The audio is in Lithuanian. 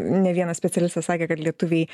ne vienas specialistas sakė kad lietuviai